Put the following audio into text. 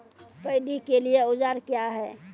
Paddy के लिए औजार क्या हैं?